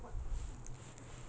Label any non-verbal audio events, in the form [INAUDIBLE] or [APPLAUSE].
[LAUGHS]